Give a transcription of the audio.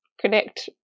connect